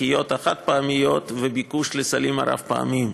בשקיות החד-פעמיות ואת רמת הביקוש לסלים הרב-פעמיים.